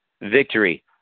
victory